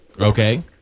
Okay